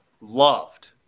Loved